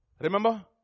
Remember